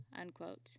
unquote